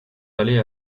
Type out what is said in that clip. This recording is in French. d’aller